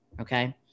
Okay